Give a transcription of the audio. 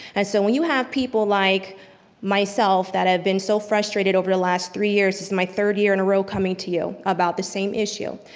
and so when you have people like myself that have been so frustrated over the last three years, this is my third year in a row coming to you about the same issue.